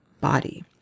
body